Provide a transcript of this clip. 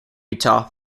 utah